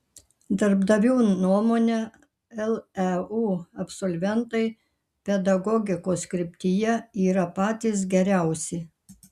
darbdavių nuomone leu absolventai pedagogikos kryptyje yra patys geriausi